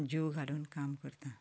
जीव घालून काम करतां